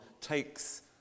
takes